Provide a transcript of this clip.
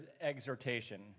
exhortation